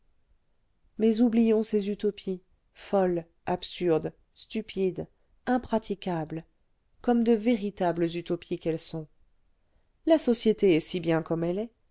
mais oublions ces utopies folles absurdes stupides impraticables comme de véritables utopies qu'elles sont la société est si bien comme elle est